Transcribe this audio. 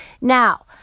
Now